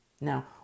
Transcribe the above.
Now